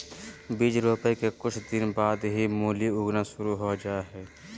बीज रोपय के कुछ दिन बाद ही मूली उगना शुरू हो जा हय